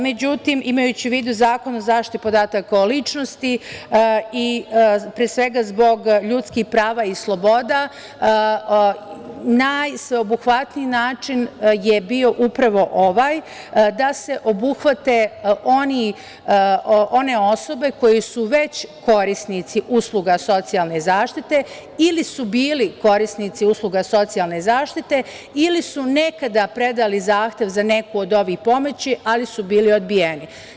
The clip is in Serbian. Međutim, imajući u vidu Zakon o zaštiti podataka o ličnosti, pre svega zbog ljudskih prava i sloboda, najsveobuhvatniji način je bio upravo ovaj, da se obuhvate one osobe koje su već korisnici usluga socijalne zaštite ili su bili korisnici usluga socijalne zaštite ili su nekada predali zahtev za neku od ovih pomoći, ali su bili odbijeni.